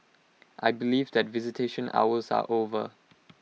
I believe that visitation hours are over